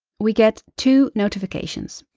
we get two notifications.